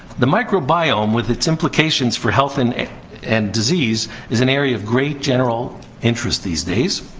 the microbiome, with its implications for health and and disease, is an area of great general interest these days.